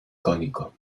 cónico